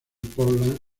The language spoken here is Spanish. portland